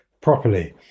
properly